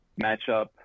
matchup